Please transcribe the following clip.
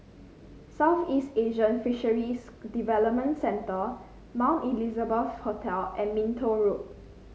Southeast Asian Fisheries Development Centre Mount Elizabeth Hospital and Minto Road